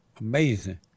Amazing